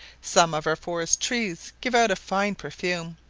some of our forest-trees give out a fine perfume.